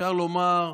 אפשר לומר,